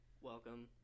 Welcome